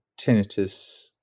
tinnitus